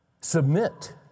Submit